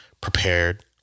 prepared